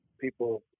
people